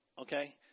okay